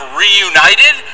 reunited